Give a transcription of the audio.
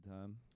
time